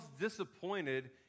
disappointed